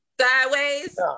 Sideways